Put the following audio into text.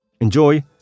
Enjoy